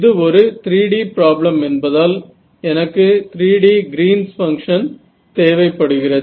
இது ஒரு 3D problem என்பதால் எனக்கு 3D Green's function Green's function தேவைப்படுகிறது